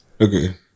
Okay